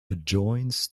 adjoins